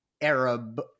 Arab